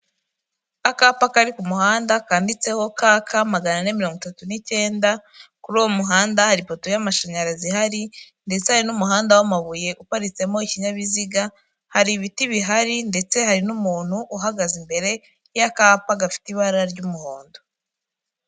Akapa kari ku muhanda kandiditseho kk maganane mirongo itatu n'icyenda, kuri uwo muhanda hari ipoto y'amashanyarazi ihari, ndetse n'umuhanda w'amabuye uparitsemo ikinyabiziga, hari ibiti bihari ndetse hari n'umuntu uhagaze imbere y'akapa gafite ibara ry'umuhondo.